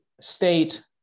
state